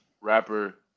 rapper